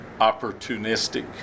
opportunistic